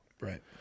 right